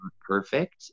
perfect